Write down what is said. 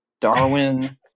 Darwin